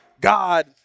God